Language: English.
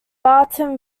bartram